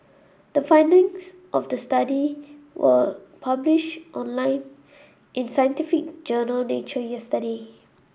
the findings of the study were published online in scientific journal Nature yesterday